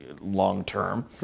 long-term